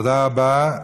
תודה רבה.